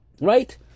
right